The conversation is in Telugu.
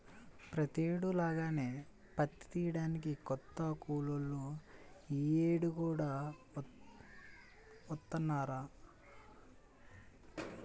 ప్రతేడు లాగానే పత్తి తియ్యడానికి కొత్త కూలోళ్ళు యీ యేడు కూడా వత్తన్నారా